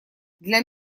для